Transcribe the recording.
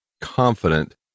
confident